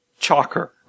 Chalker